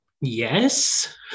Yes